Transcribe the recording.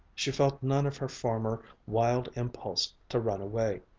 she felt none of her former wild impulse to run away.